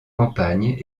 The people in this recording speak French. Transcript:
campagnes